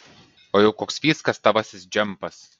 o jau koks fyskas tavasis džempas